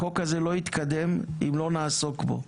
החוק הזה לא יתקדם אם לא נעסוק בו.